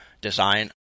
design